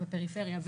בפריפריה,